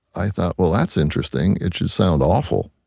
i thought, well, that's interesting. it should sound awful.